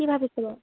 কি ভাবিছে বাৰু